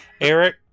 Eric